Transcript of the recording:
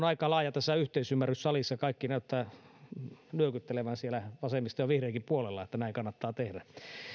aika laaja yhteisymmärrys tässä salissa kaikki näyttävät nyökyttelevän siellä vasemmiston ja vihreidenkin puolella että näin kannattaa tehdä